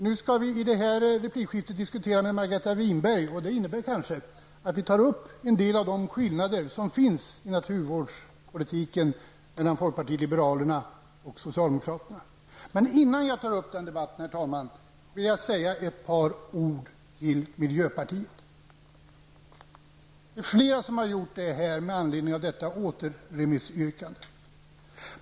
Nu skall vi i detta avsnitt debattera med Margareta Winberg. Det innebär kanske att vi tar upp en del av de skillnader som finns i naturvårdspolitiken mellan folkpartiet liberalerna och socialdemokraterna. Men innan jag tar upp den debatten, herr talman, vill jag rikta ett par ord till miljöpartiet. Det är flera här som har gjort det med anledning av miljöpartiets återremissyrkande.